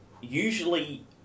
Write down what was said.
usually